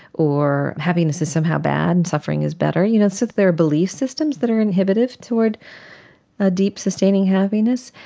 or happiness is somehow bad, and suffering is better'. you know so there are belief systems that are inhibitive toward a deep sustaining happiness.